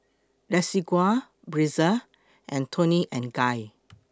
Desigual Breezer and Toni and Guy